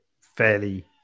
fairly